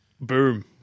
Boom